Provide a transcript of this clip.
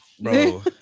bro